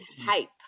hype